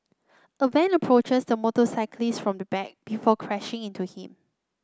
a van approaches the motorcyclist from the back before crashing into him